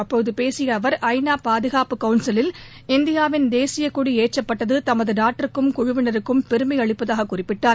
அப்போது பேசிய அவர் ஐநா பாதுகாப்பு கவுன்சிலில் இந்தியாவின் தேசிய கொடி ஏற்றப்பட்டது தமது நாட்டிற்கும் குழுவினருக்கும் பெருமை அளிப்பதாக குறிப்பிட்டார்